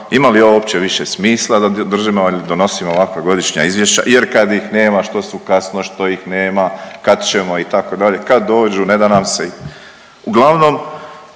ima li ovo uopće više smisla da držimo ili donosimo ovakva godišnja izvješća jer kad ih nema što su kasno, što ih nema, kad ćemo itd., kad dođu ne da nam se, uglavnom